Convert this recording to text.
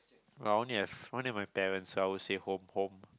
while I only have only my parents I would say home home